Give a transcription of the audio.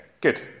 good